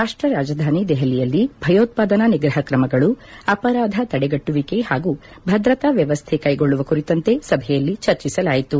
ರಾಷ್ಟ ರಾಜಧಾನಿ ದೆಹಲಿಯಲ್ಲಿ ಭಯೋತ್ಸಾದನಾ ನಿಗ್ರಹ ಕ್ರಮಗಳು ಅಪರಾಧ ತಡೆಗಟ್ಟುವಿಕೆ ಹಾಗೂ ಭದ್ರತಾ ವ್ಯವಸ್ಥೆ ಕೈಗೊಳ್ಳುವ ಕುರಿತಂತೆ ಸಭೆಯಲ್ಲಿ ಚರ್ಚಿಸಲಾಯಿತು